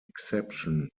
exception